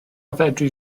fedri